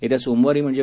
येत्या सोमवारी म्हणजे